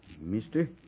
Mister